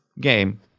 game